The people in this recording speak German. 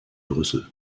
brüssel